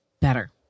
better